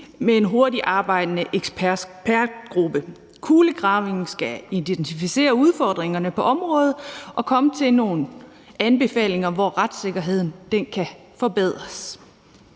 af en hurtigtarbejdende ekspertgruppe. Kulegravningen skal identificere udfordringerne på området og komme med nogle anbefalinger til, hvor retssikkerheden kan forbedres.